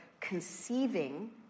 conceiving